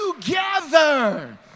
together